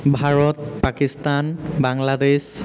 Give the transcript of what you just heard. Bharat Pakistan Bangladesh